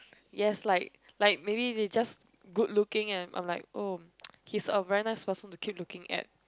yes like like maybe they just good looking at oh is a very nice person to keep looking at